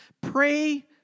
Pray